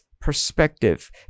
perspective